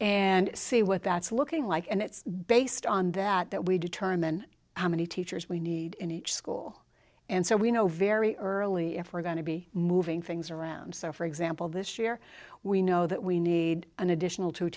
and see what that's looking like and it's based on that that we determine how many teachers we need in each school and so we know very early if we're going to be moving things around so for example this year we know that we need an additional two